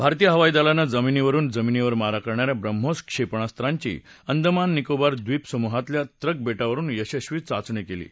भारतीय हवाई दलानं जमिनीवरून जमिनीवर मारा करणाऱ्या ब्राम्होस क्षेपणास्त्रांची अंदमान निकोबार द्वीपसमुहातल्या त्रक बेटावरून यशस्वी चाचणी केली आहे